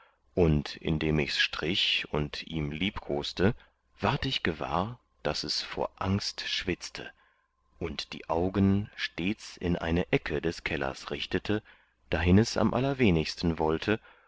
und indem ichs strich und ihm liebkoste ward ich gewahr daß es vor angst schwitzte und die augen stets in eine ecke des kellers richtete dahin es am allerwenigsten wollte